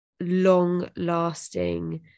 long-lasting